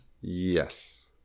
Yes